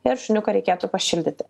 ir šuniuką reikėtų pašildyti